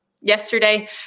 yesterday